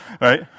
right